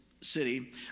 city